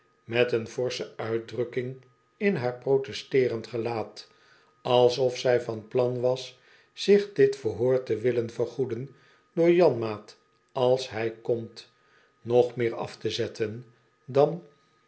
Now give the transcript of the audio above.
met een forsche uitdrukking in haar protesteeren d gelaat alsof zij van plan was zich dit verhoor te willen vergoeden door janmaat als hij komt nog meer af te zetten dan